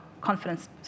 confidence